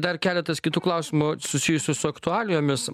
dar keletas kitų klausimų susijusių su aktualijomis